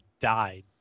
died